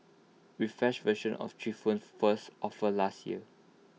refreshed versions of three phones first offered last year